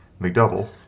McDouble